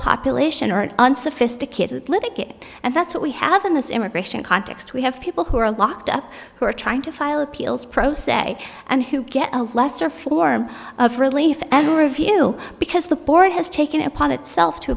population or an unsophisticated litigate and that's what we have in this immigration context we have people who are locked up who are trying to file appeals pro se and who get a lesser form of relief and review because the board has taken it upon itself to